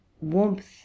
warmth